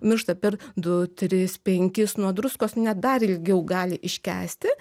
miršta per du tris penkis nuo druskos net dar ilgiau gali iškęsti